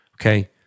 okay